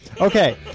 okay